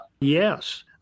Yes